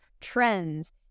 trends